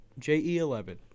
JE11